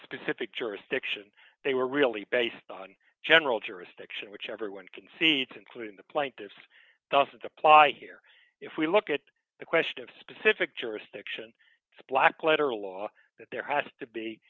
specific jurisdiction they were really based on general jurisdiction which everyone concedes including the plaintiffs doesn't apply here if we look at the question of specific jurisdiction splatt collateral law that there has to be